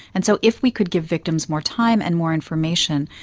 and so if we could give victims more time and more information,